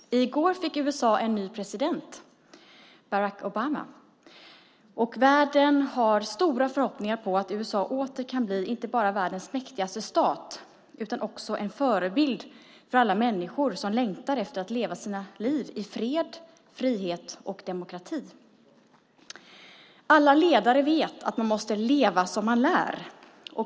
Herr talman! I går fick USA en ny president, Barack Obama. Världen har stora förhoppningar på att USA åter kan bli inte bara världens mäktigaste stat utan också en förebild för alla människor som längtar efter att leva sina liv i fred, frihet och demokrati. Alla ledare vet att man måste leva som man lär.